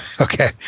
Okay